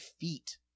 feet